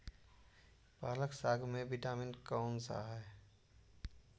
पालक साग में विटामिन कौन सा है?